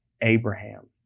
Abraham